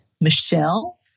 Michelle